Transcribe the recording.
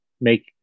make